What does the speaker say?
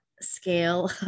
scale